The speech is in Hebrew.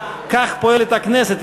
כך פועלת הכנסת,